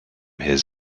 his